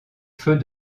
feux